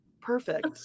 Perfect